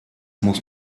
muss